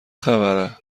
خبره